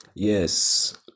yes